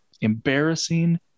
embarrassing